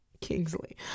Kingsley